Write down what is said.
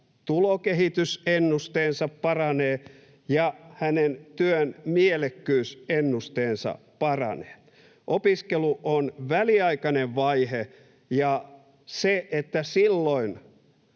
tulokehitysennusteensa paranee ja hänen työnmielekkyysennusteensa paranee. Opiskelu on väliaikainen vaihe, ja siinä, että silloin,